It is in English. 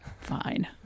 Fine